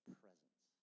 presence